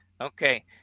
Okay